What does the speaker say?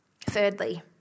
Thirdly